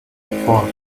fort